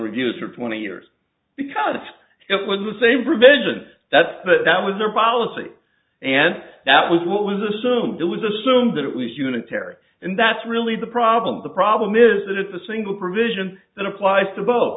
reviews for twenty years because it was the same provision that but that was their policy and that was what was assumed it was assumed that it was unitary and that's really the problem the problem is that it's a single provision that applies to bo